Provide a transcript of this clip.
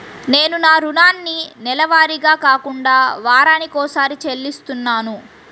నేను నా రుణాన్ని నెలవారీగా కాకుండా వారానికోసారి చెల్లిస్తున్నాను